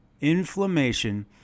inflammation